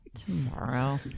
tomorrow